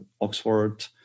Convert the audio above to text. Oxford